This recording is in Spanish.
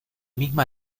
misma